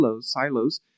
silos